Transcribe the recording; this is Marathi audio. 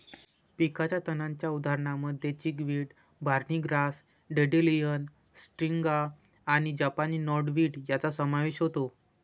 पिकाच्या तणांच्या उदाहरणांमध्ये chickweed, barny grass, dandelion, striga आणि जपानी नॉटवीड यांचा समावेश होतो